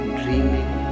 dreaming